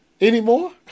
anymore